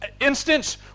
instance